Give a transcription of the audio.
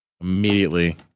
immediately